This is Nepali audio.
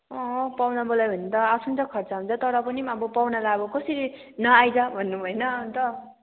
अँ पाहुना बोलायो भने त आफ्नो त खर्च हुन्छ तर पनि अब पाहुनालाई अब कसरी नआइज भनौँ होइन अन्त